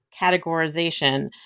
categorization